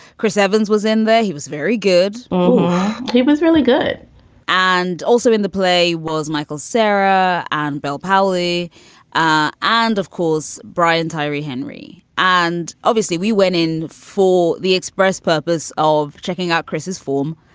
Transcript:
chris evans was in there. he was very good he was really good and also in the play was michael, sarah and bel powley ah and of course, brian tyree henry. and obviously, we went in for the express purpose of checking out chris's form,